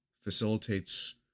facilitates